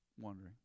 wondering